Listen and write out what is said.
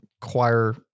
choir